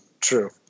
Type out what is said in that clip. true